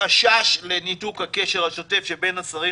החשש לניתוק הקשר השוטף שבין השרים